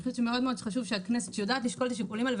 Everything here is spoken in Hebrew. אני חושבת שמאוד חשוב שהכנסת תשקול את השיקולים האלה.